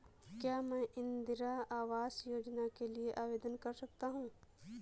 क्या मैं इंदिरा आवास योजना के लिए आवेदन कर सकता हूँ?